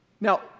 Now